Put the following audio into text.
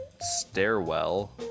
stairwell